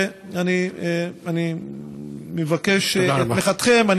אני מבקש את תמיכתכם.